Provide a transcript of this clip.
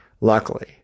Luckily